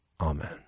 Amen